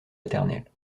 maternelle